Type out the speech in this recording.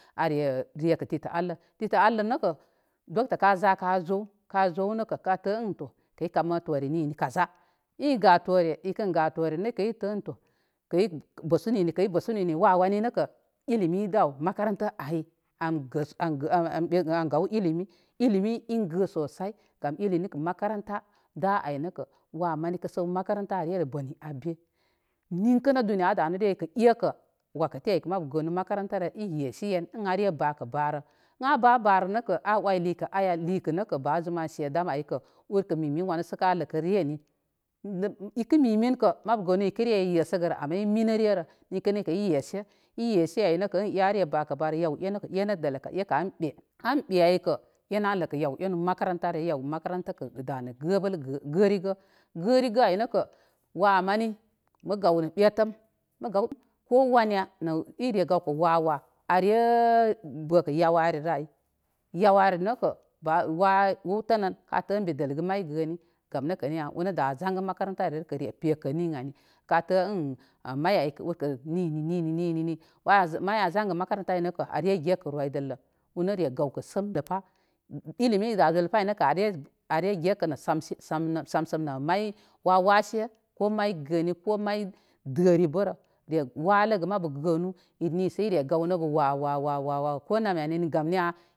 Are pekə titə allə. Titə alle nəkə doctor kza ka zow. Ka zow nakə ka tə ənkə to i kamə tore nini kaza. i ga tore, ikən ga tore nəkə kə ən tə kə l bəsu nini i bəsu nini wa wani nəkə ilimi i da aw makamuta an kəsə an gaw ilimi. Ilimi in gə sosai gam ilimi kə makaranta da ay nəkə wa mani kə səw makaranta boni an be ninkə naturun duniya a danureykə ekə wakati aw kə mabu gənu makarantarə i yesi yen ən are bakə ba rə. ən a ba barə nəkə a ou likə aya likə nə ba zum an se dam ay kə ur kə mimin wan sə ka ləkə re ani ikə mimin kə mabu gənu ereu yesəgərə ama imini rerə ninkə nəkə i yesə, i yesə ay ən a re bakə ba rə. Yaw enu enə dələkə ekə an ɓe. An ɓe aykə enə a ləkə yaw enu makantararə. Yaw makarantakə da nə gəbəl gərigə. Gərigə ay nəkə wa mani mə gaw nə ɓetəm mə gaw kowana nə ire gawkə wa'wa' are' bəkə yawarirə ay. Yawari nəkə ba wa wu tənən ka tə an mi dəlgə may gəni gam nəkə niya urnə da zangə makaranta re pekə ə ni ani. Ka tə ə may ay kə nini nini. May an zangə makanta ay nəkə are gekə roydəllə. Ur nə re gawkə səm də pa. ilimi i ga gələ pa ay nəkə are gekə nə sam sam sams- samsəm nə may wa wase ko may gəni ko may dəri bərə. Re walə gə mabu gənu ni sə ire gaw nə gə wa' wa' wa' ko nama ani gam niya.